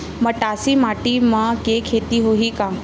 मटासी माटी म के खेती होही का?